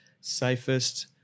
safest